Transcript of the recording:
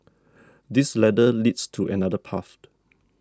this ladder leads to another path